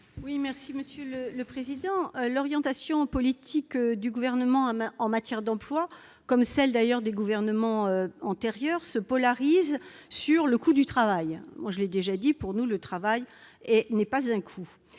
à Mme Laurence Cohen. L'orientation politique du Gouvernement en matière d'emploi, comme celle d'ailleurs des gouvernements antérieurs, se polarise sur le coût du travail. Je l'ai déjà dit : pour nous, le travail n'est pas un coût.